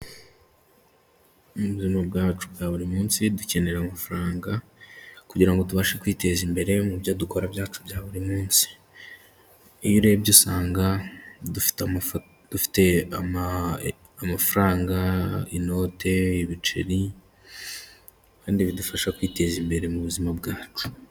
Mu buzima bwacu bwa buri munsi dukenera amafaranga kugirango tubashe kwiteza imbere mu byo dukora byacu bya buri munsi, urebye usanga dufite amafaranga; inode, ibiceri kandi bidufasha kwiteza imbere mu buzima bwacu.